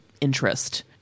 interest